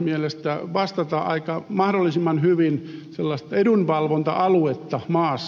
mielestä vastata mahdollisimman hyvin edunvalvonta aluetta maassa